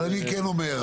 אבל אני כן אומר,